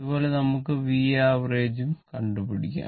ഇതേ പോലെ നമുക്ക് Vav ജും കണ്ടു പിടിക്കാം